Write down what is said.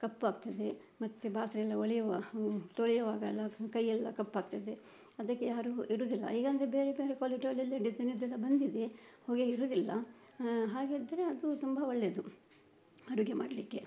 ಕಪ್ಪಾಗ್ತದೆ ಮತ್ತೆ ಪಾತ್ರೆಯೆಲ್ಲ ಹೊಳೆಯುವ ತೊಳೆಯುವಾಗೆಲ್ಲ ಕೈಯ್ಯೆಲ್ಲ ಕಪ್ಪಾಗ್ತದೆ ಅದಕ್ಕೆ ಯಾರೂ ಇಡುವುದಿಲ್ಲ ಈಗೆಂದ್ರೆ ಬೇರೆ ಬೇರೆ ಕ್ವಾಲಿಟಿಯದಲ್ಲಿ ಡಿಸೈನಿದ್ದೆಲ್ಲ ಬಂದಿದೆ ಹೊಗೆ ಇರುವುದಿಲ್ಲ ಹಾಗಿದ್ದರೆ ಅದು ತುಂಬ ಒಳ್ಳೆಯದು ಅಡುಗೆ ಮಾಡಲಿಕ್ಕೆ